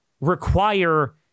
require